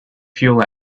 fuel